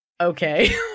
okay